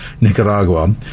Nicaragua